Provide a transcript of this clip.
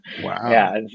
Wow